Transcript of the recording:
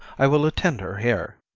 i will attend her here.